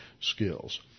skills